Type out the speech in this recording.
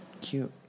Cute